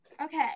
Okay